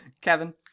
kevin